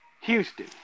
Houston